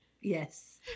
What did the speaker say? Yes